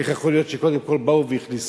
איך יכול להיות שקודם כול באו ונכנסו?